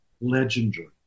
legendary